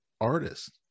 artist